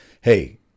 Hey